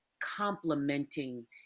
complementing